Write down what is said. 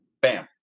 Bam